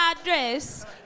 address